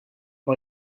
par